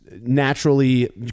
naturally